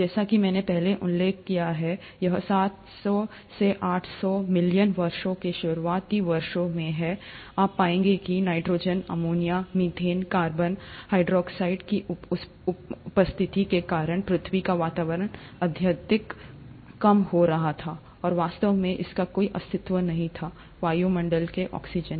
जैसा कि मैंने पहले उल्लेख किया है यह सात सौ से आठ सौ मिलियन वर्षों के शुरुआती वर्षों में है आप पाएंगे कि nitrogen ammonia methane carbon dioxide की उपस्थिति के कारण पृथ्वी का वातावरण अत्यधिक कम हो रहा था और वास्तव में इसका कोई अस्तित्व नहीं था वायुमंडलीय ऑक्सीजन